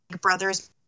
brother's